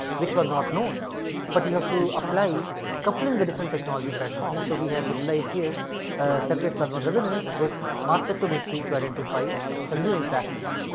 which was not known but you have to apply coupling the different technology platforms. so, we have utilized here surface plasma resonance with mass spectrometry to identify some new interactors.